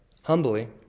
humbly